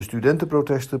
studentenprotesten